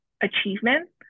achievement